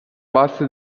base